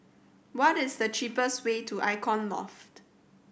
what is the cheapest way to Icon Loft